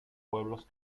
pueblos